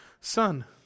son